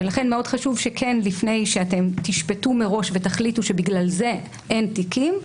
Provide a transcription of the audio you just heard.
לכן חשוב שלפני שתשפטו מראש ותחליטו שבגלל זה אין תיקים,